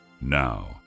Now